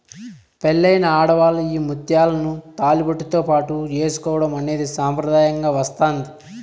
పెళ్ళైన ఆడవాళ్ళు ఈ ముత్యాలను తాళిబొట్టుతో పాటు ఏసుకోవడం అనేది సాంప్రదాయంగా వస్తాంది